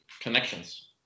connections